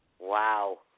Wow